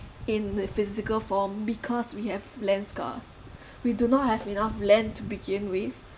in the physical form because we have land scarce we do not have enough land to begin with